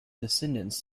descendants